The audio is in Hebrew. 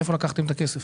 מאיפה לקחתם את הכסף?